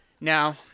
now